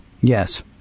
Yes